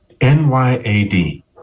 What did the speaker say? N-Y-A-D